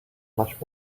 much